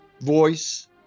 voice